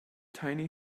tiny